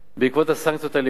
בעקבות הסנקציות על אירן.